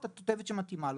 את התותבת שמתאימה לו,